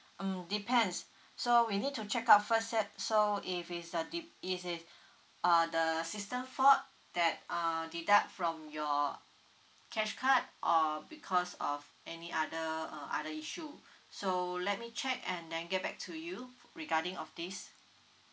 um depends so we need to check out first at so if is a ded~ is is uh the system fault that uh deduct from your cash card or because of any other uh other issue so let me check and then get back to you f~ regarding of this